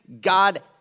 God